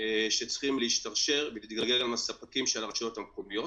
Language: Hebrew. שצריכים להשתרשר ולהתגלגל גם לספקים של הרשויות המקומיות.